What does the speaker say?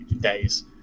days